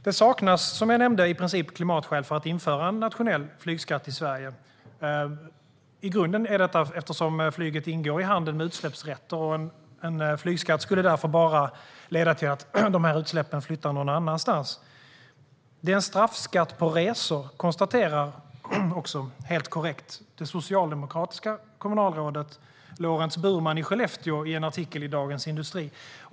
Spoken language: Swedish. Som jag nämnde saknas det i princip klimatskäl för att införa en na-tionell flygskatt i Sverige, i grunden eftersom flyget ingår i handeln med utsläppsrätter. En flygskatt skulle därför bara leda till att utsläppen flyttar någon annanstans. Det är en straffskatt på resor, konstaterar också helt korrekt det socialdemokratiska kommunalrådet Lorents Burman i Skellefteå i en artikel i Dagens industri.